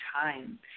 time